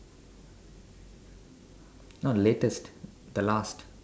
not the latest the last